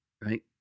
right